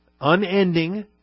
unending